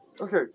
Okay